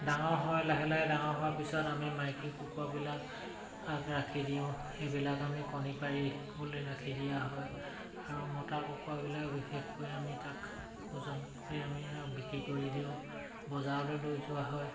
ডাঙৰ হয় লাহে লাহে ডাঙৰ হোৱাৰ পিছত আমি মাইকী কুকুৰাবিলাক ৰাখি দিওঁ সেইবিলাক আমি কণী পাৰিবলৈ ৰাখি দিয়া হয় আৰু মতা কুকুৰাবিলাক বিশেষকৈ আমি তাক ওজন কৰি আমি বিক্ৰী কৰি দিওঁ বজাৰলৈ লৈ যোৱা হয়